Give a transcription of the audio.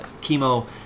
chemo